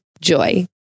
Joy